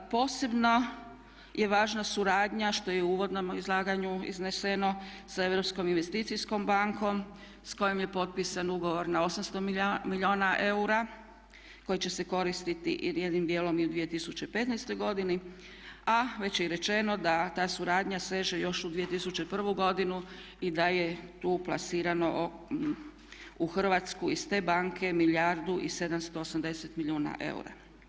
Posebno je važna suradnja što je i u uvodnom izlaganju izneseno sa Europskom investicijskom bankom sa kojom je potpisan ugovor na 800 milijuna eura koji će se koristiti i jednim dijelom i u 2015. godini a već je i rečeno da ta suradnja seže još u 2001. godinu i da je tu plasirano u Hrvatsku iz te banke milijardu i 780 milijuna eura.